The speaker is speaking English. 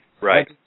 Right